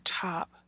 top